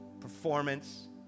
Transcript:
performance